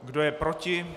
Kdo je proti?